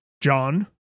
John